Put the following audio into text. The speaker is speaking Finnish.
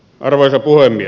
arvoisa puhemies